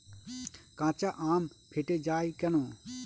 কাঁচা আম ফেটে য়ায় কেন?